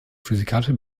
physikalische